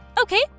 Okay